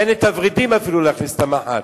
אין ורידים אפילו להכניס את המחט,